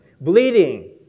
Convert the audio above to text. bleeding